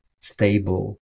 stable